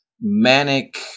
manic